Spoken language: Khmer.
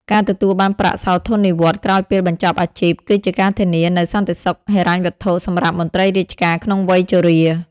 ការទទួលបានប្រាក់សោធននិវត្តន៍ក្រោយពេលបញ្ចប់អាជីព គឺជាការធានានូវសន្តិសុខហិរញ្ញវត្ថុសម្រាប់មន្ត្រីរាជការក្នុងវ័យជរា។